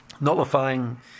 nullifying